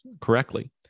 correctly